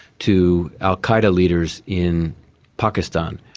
to al qaeda leaders in pakistan.